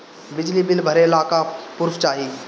बिजली बिल भरे ला का पुर्फ चाही?